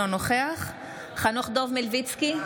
אינו נוכח חנוך דב מלביצקי,